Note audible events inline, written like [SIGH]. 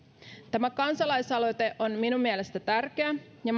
tämä kansalaisaloite on mielestäni tärkeä ja [UNINTELLIGIBLE]